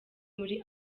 muri